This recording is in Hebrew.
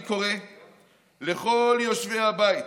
אני קורא לכל יושבי הבית,